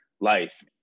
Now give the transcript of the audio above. life